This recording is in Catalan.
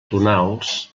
tonals